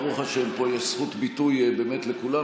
ברוך השם פה יש זכות ביטוי באמת לכולם,